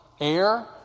Air